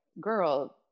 girl